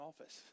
office